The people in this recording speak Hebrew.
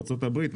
ארצות הברית,